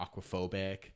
aquaphobic